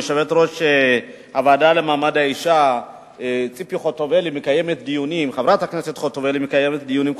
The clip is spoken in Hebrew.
יושבת-ראש הוועדה למעמד האשה חברת הכנסת ציפי חוטובלי מקיימת דיונים,